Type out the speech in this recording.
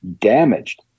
damaged